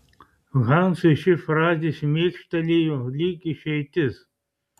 hansui ši frazė šmėkštelėjo lyg išeitis